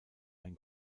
ein